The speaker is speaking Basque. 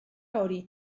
hori